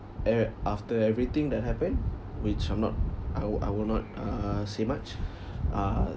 uh after everything that happened which I'm not I will I will not uh say much uh